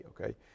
okay